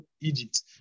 Egypt